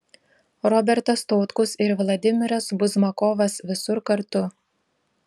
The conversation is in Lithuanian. robertas tautkus ir vladimiras buzmakovas visur kartu